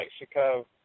Mexico